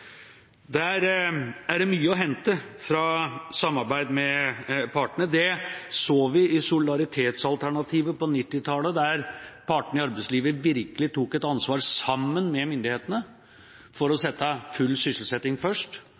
der partene i arbeidslivet virkelig tok et ansvar sammen med myndighetene for å sette full sysselsetting først,